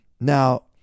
Now